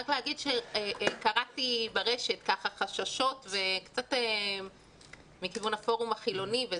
רק להגיד שקראתי ברשת ככה חששות קצת מכיוון הפורום החילוני,